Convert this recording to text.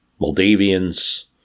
Moldavians